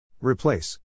Replace